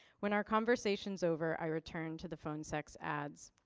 when our conversations over i returned to the phone sex ads.